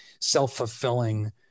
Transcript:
self-fulfilling